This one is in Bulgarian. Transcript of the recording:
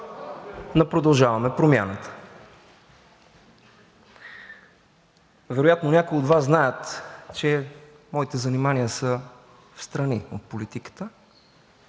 на „Продължаваме Промяната“. Вероятно някои от Вас знаят, че моите занимания са встрани от политиката.